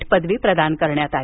ही पदवी प्रदान करण्यात आली